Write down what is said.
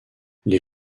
les